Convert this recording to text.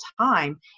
time